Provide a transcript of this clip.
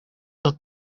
dat